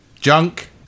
Junk